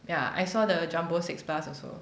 yeah I saw the jumbo six plus also